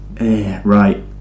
Right